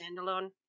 Standalone